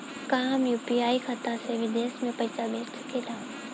का हम यू.पी.आई खाता से विदेश म पईसा भेज सकिला?